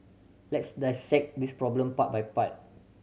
let's dissect this problem part by part